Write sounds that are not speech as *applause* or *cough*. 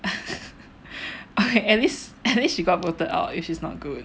*laughs* ok at least at least she got voted out if she is not good